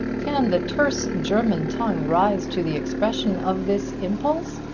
can the terse german tongue rise to the expression of this impulse?